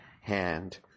hand